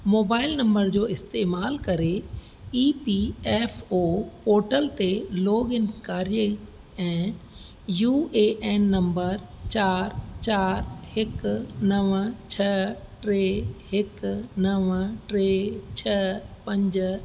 mobile number जो इस्तमालु करे E P F O portal ते लोगइन करे ऐं यू ए एन नंबर चारि चारि हिकु नवं छ टे हिकु नव टे छ पंज